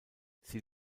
sie